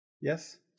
Yes